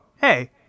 hey